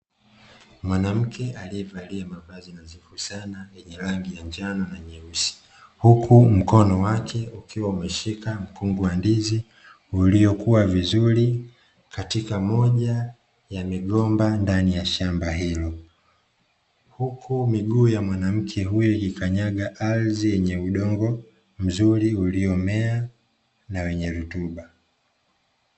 Mwanamke aliyevalia mavazi nadhifu sana yenye rangi ya njano na nyeusi, huku mkono wake ukiwa umeshika mkungu wa ndizi uliokua vizuri katika moja ya migomba ndani ya shamba hilo. Huku miguu ya mwanamke huyo ikikanyaga ardhi yenye udongo mzuri uliomea, na wenye rutuba.